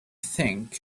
think